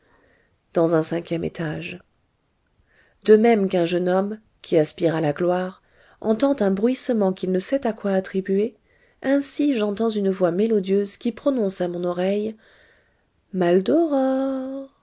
dans un cinquième étage de même qu'un jeune homme qui aspire à la gloire entend un bruissement qu'il ne sait à quoi attribuer ainsi j'entends une voix mélodieuse qui prononce à mon oreille